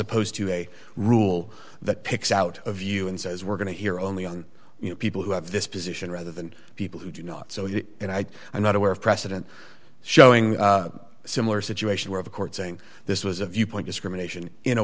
opposed to a rule that picks out of you and says we're going to hear only on you know people who have this position rather than people who do not so you and i i'm not aware of precedent showing a similar situation where the court saying this was a viewpoint discrimination in a